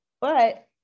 But-